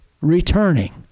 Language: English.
returning